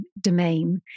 domain